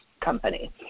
company